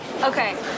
Okay